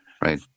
right